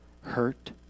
hurt